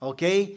Okay